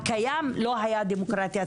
הקיים לא היה דמוקרטיה,